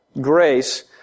grace